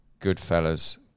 Goodfellas